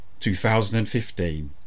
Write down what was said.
2015